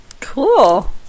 cool